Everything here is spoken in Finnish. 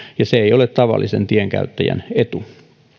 ja se ei ole tavallisen tienkäyttäjän etu